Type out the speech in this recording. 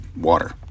water